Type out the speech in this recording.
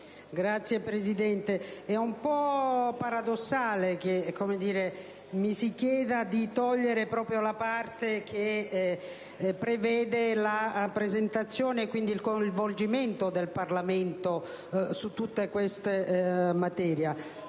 *(PD)*. È un po' paradossale che mi si chieda di togliere proprio la parte che prevede la presentazione (e quindi il coinvolgimento del Parlamento) di una relazione